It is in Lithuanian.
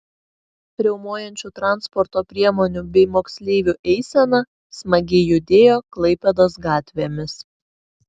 riaumojančių transporto priemonių bei moksleivių eisena smagiai judėjo klaipėdos gatvėmis